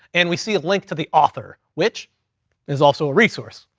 and we see a link to the author, which is also a resource.